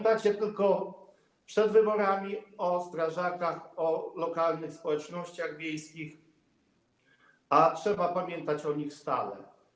Tylko przed wyborami pamiętacie o strażakach, o lokalnych społecznościach wiejskich, a trzeba pamiętać o nich stale.